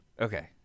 Okay